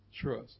Trust